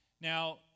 Now